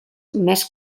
més